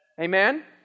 Amen